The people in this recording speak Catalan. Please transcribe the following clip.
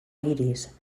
iris